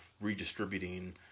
redistributing